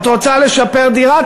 את רוצה לשפר דירה?